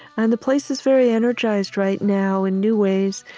and the place is very energized right now in new ways,